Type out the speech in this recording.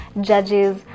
judges